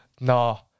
No